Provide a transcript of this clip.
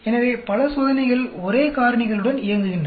எனவே பல சோதனைகள் ஒரே காரணிகளுடன் இயங்குகின்றன